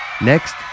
Next